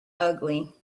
ugly